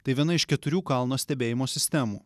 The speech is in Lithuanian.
tai viena iš keturių kalno stebėjimo sistemų